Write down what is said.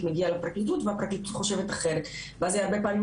מגיע לפרקליטות והפרקליטות חושבת אחרת ואז היא הרבה פעמים